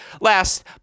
Last